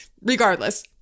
Regardless